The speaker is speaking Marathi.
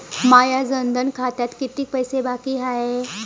माया जनधन खात्यात कितीक पैसे बाकी हाय?